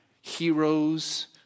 heroes